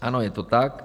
Ano, je to tak.